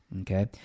okay